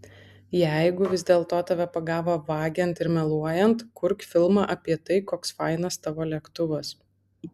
jeigu vis dėl to tave pagavo vagiant ir meluojant kurk filmą apie tai koks fainas tavo lėktuvas